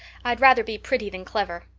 i'd rather be pretty than clever.